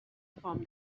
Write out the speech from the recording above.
from